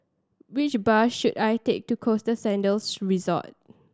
which bus should I take to Costa Sands Resort